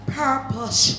purpose